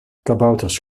kabouters